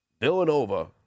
Villanova